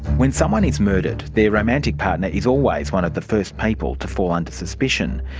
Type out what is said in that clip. when someone is murdered, their romantic partner is always one of the first people to fall under suspicion.